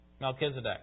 Melchizedek